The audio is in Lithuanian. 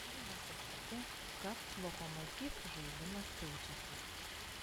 galime sakyti kad lokomotiv žaidimas keičiasi